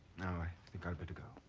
no i think i'd better go.